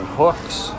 hooks